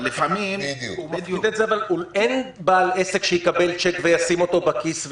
אבל אין בעל עסק שיקבל צ'ק וישים אותו בכיס,